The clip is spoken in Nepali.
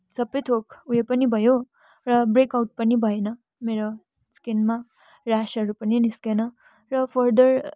सबैथोक उयो पनि भयो र ब्रेकआउट पनि भएन मेरो स्किनमा ऱ्यासहरू पनि निस्केन र फरदर